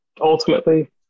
ultimately